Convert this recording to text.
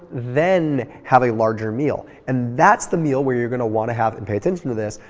then have a larger meal. and that's the meal where you're going to want to have and pay attention to this,